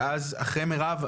אחרי מירב,